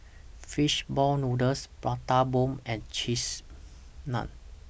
Fish Ball Noodles Prata Bomb and Cheese Naan